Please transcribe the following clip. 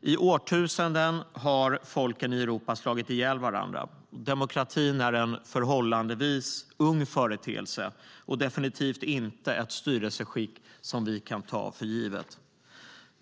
I årtusenden har folken i Europa slagit ihjäl varandra. Demokratin är en förhållandevis ung företeelse och definitivt inte ett styrelseskick som vi kan ta för givet.